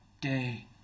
day